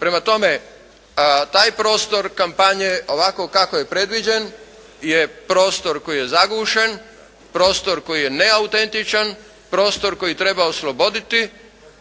Prema tome taj prostor kampanje ovako kako je predviđen je prostor koji je zagušen. Prostor koji je neautentičan, prostor koji treba osloboditi